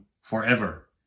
forever